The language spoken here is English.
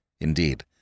Indeed